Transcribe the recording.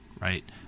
right